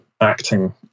acting